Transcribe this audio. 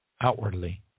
outwardly